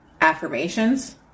affirmations